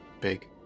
Big